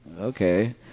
okay